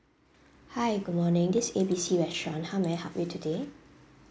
hi good morning this is A B C restaurant how may I help you today